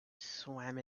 swam